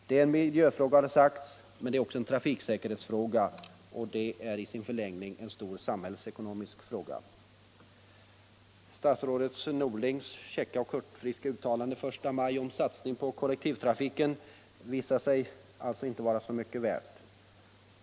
Det är en miljöfråga har det sagts, men det är också en trafiksäkerhetsfråga och i förlängningen en stor samhällsekonomisk fråga. Statsrådet Norlings käcka och hurtfriska uttalande den 1 maj om satsning på kollektivtrafiken visade sig alltså inte vara så mycket värt.